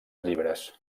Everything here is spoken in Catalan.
llibres